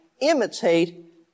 imitate